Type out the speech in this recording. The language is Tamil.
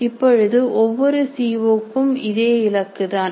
இப்பொழுது ஒவ்வொரு சி ஒ க்கும் இதே இலக்குதான்